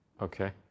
Okay